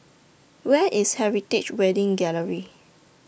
Where IS Heritage Wedding Gallery